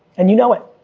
and you know it.